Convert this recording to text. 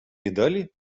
видали